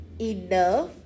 enough